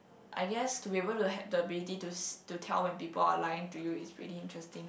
I guess to be able to have the ability to see to tell when people are lying to you is really interesting